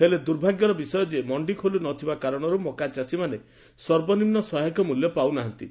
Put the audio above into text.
ହେଲେ ଦୁର୍ଭାଗ୍ୟର ବିଷୟ ଯେ ମଶ୍ତି ଖୋଲୁ ନ ଥିବା କାରଶରୁ ମକା ଚାଷୀ ମାନେ ସର୍ବନିମୁ ସହାୟକ ମୂଲ୍ୟ ପାଉ ନାହାନ୍ତି